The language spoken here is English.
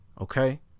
okay